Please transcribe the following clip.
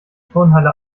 turnhalle